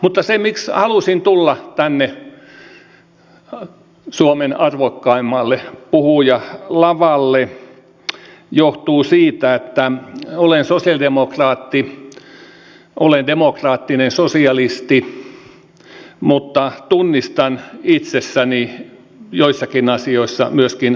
mutta se miksi halusin tulla tänne suomen arvokkaimmalle puhujalavalle johtuu siitä että olen sosialidemokraatti olen demokraattinen sosialisti mutta tunnistan itsessäni joissakin asioissa myöskin arvokonservatiivin